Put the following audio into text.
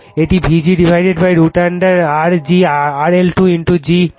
এটি Vg√R g RL 2 x g 2